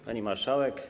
Pani Marszałek!